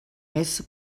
mes